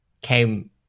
came